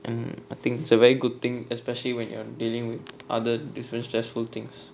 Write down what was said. and I think it's a very good thing especially when you're dealing with other different stressful things